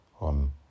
on